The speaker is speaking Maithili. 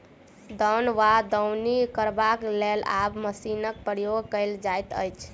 दौन वा दौनी करबाक लेल आब मशीनक प्रयोग कयल जाइत अछि